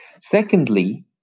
Secondly